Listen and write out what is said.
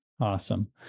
Awesome